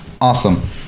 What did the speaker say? Awesome